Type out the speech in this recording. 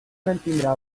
mantindrà